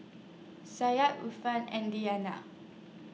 Syah Yusuf and Diyana